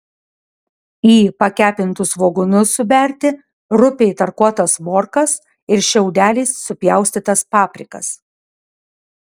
į pakepintus svogūnus suberti rupiai tarkuotas morkas ir šiaudeliais supjaustytas paprikas